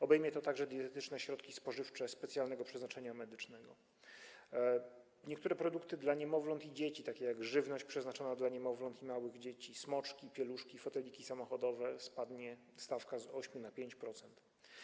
Obejmie to także dietetyczne środki spożywcze specjalnego przeznaczenia medycznego, niektóre produkty dla niemowląt i dzieci, takie jak żywność przeznaczona dla niemowląt i małych dzieci, smoczki, pieluszki, foteliki samochodowe - tu stawka spadnie z 8% na 5%.